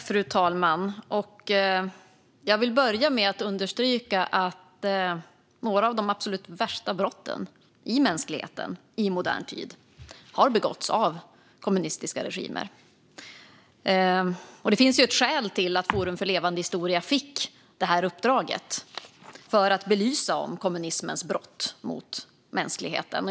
Fru talman! Jag vill börja med att understryka att några av de absolut värsta brotten i mänskligheten i modern tid har begåtts av kommunistiska regimer. Det finns ett skäl till att Forum för levande historia fick uppdraget för att belysa kommunismens brott mot mänskligheten.